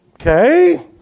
okay